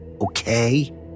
Okay